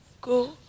go